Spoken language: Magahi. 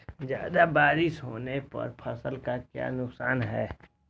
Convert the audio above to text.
ज्यादा बारिस होने पर फसल का क्या नुकसान है?